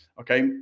Okay